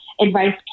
advice